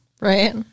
Right